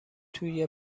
توی